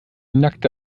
nackte